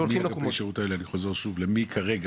אני חוזר שוב - כרגע,